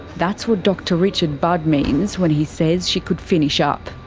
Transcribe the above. that's what dr richard budd means when he says she could finish ah up.